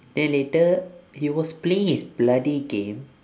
then later he was playing his bloody game